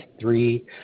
three